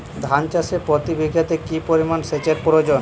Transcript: ধান চাষে প্রতি বিঘাতে কি পরিমান সেচের প্রয়োজন?